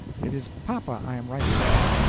it is papa i am writing about,